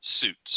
suits